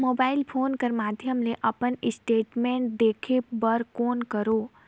Mobile phone कर माध्यम ले अपन स्टेटमेंट देखे बर कौन करों?